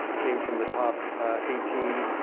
came from the top eighteen.